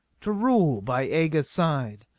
to rule by aga's side.